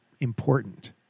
important